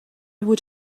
would